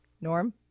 Norm